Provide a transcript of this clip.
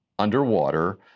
underwater